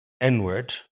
n-word